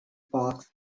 parks